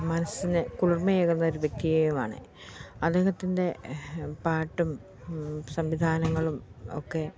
മനസ്സിന് കുളിർമ ഏകുന്നൊരു വ്യക്തിയുമാണ് അദ്ദേഹത്തിൻ്റെ പാട്ടും സംവിധാനങ്ങളും ഒക്കെ